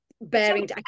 bearing